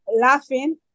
laughing